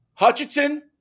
Hutchinson